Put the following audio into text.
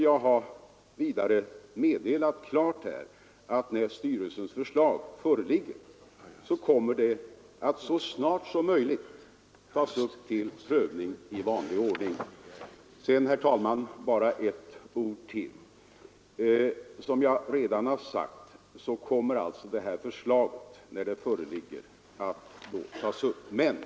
Jag har vidare klart meddelat att när styrelsens förslag föreligger kommer det att så snart som möjligt tas upp till prövning i vanlig ordning. Sedan, herr talman, bara ett ord till. Som jag redan sagt kommer alltså detta förslag, när det föreligger, att tas upp till behandling.